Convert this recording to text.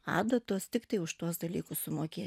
adatos tiktai už tuos dalykus sumokėt